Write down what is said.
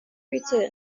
return